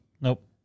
Nope